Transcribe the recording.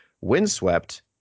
Windswept